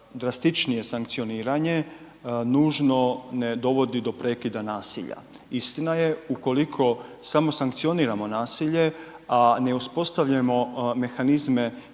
drastičnije sankcioniranje nužno ne dovodi do prekida nasilja. Istina je, ukoliko samo sankcioniramo nasilje, a ne uspostavljamo mehanizme